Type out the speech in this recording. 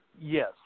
Yes